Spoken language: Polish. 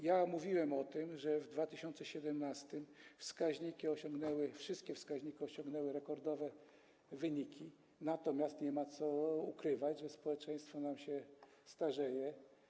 Ja mówiłem o tym, że w 2017 r. wszystkie wskaźniki osiągnęły rekordowe wyniki, natomiast nie ma co ukrywać, że społeczeństwo nam się starzeje.